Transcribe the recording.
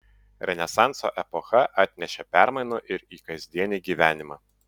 renesanso epocha atnešė permainų ir į kasdienį gyvenimą